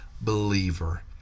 believer